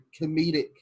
comedic